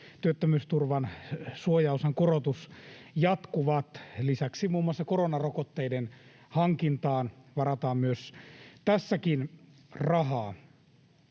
työttömyysturvan suojaosan korotus jatkuvat. Lisäksi muun muassa koronarokotteiden hankintaan varataan myös tässäkin rahaa.